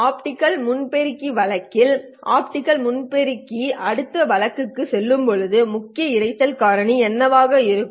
optical முன் பெருக்கி வழக்கில் ஆப்டிகல் முன் பெருக்கி வழக்கில் அடுத்த வழக்குக்குச் செல்லும்போது முக்கிய இரைச்சல் காரணி என்னவாக இருக்கும்